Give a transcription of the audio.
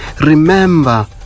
remember